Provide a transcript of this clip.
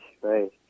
right